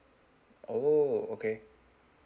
oh okay